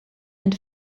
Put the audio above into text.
and